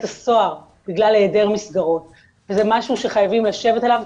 הסוהר בגלל היעדר מסגרות וזה משהו שחייבים לשבת עליו,